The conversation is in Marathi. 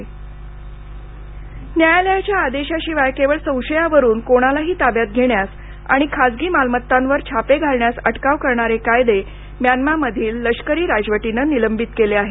म्यानमा लष्कर न्यायालयाच्या आदेशाशिवाय केवळ संशयावरून कोणालाही ताब्यात घेण्यास आणि खासगी मालमत्तांवर छापे घालण्यास अटकाव करणारे कायदे म्यानमामधील लष्करी राजवटीने निलंबित केले आहेत